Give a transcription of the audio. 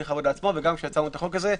העבודה עצמו וגם כשייצרנו את החוק הזה.